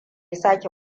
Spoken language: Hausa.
sake